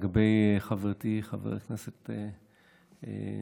לגבי חברתי חברת הכנסת לנדה,